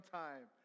time